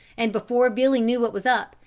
and before billy knew what was up,